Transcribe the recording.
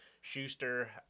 Schuster